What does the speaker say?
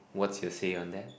what's your say on that